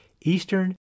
Eastern